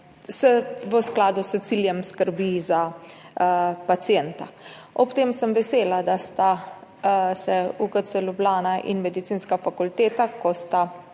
v skladu s ciljem skrbi za pacienta. Ob tem sem vesela, da sta UKC Ljubljana in Medicinska fakulteta, ko sta